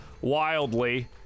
wildly